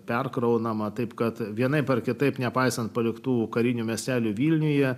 perkraunama taip kad vienaip ar kitaip nepaisant paliktų karinio miestelio vilniuje